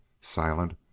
silent